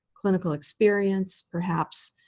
clinical experience, perhaps